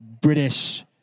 British